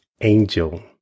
angel